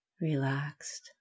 Relaxed